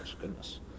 goodness